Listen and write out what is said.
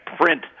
print